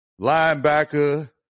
linebacker